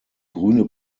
grüne